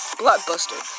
blockbuster